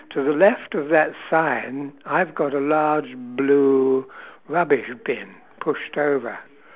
to the left of that sign I've got a large blue rubbish bin pushed over